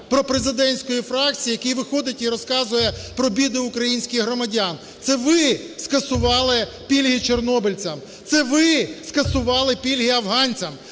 пропрезидентської фракції, який виходить і розказує про біди українських громадян. Це ви скасували пільги чорнобильцям! Це ви скасували пільги афганцям!